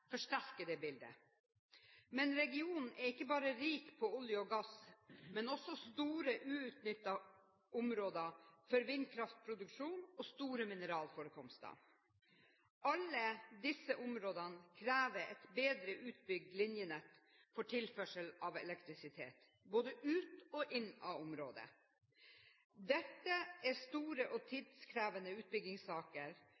forsterker det bildet. Regionen er ikke bare rik på olje og gass, men også på store, uutnyttede områder for vindkraftproduksjon og på store mineralforekomster. Alle disse områdene krever et bedre utbygd linjenett for tilførsel av elektrisitet, både ut og inn av området. Dette er store og